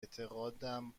اعتقادم